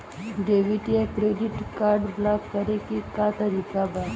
Debit या credit card block करे के का तरीका ह?